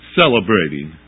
celebrating